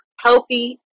healthy